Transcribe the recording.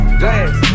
glass